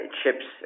chips